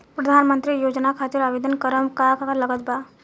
प्रधानमंत्री योजना खातिर आवेदन करम का का लागत बा?